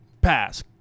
pass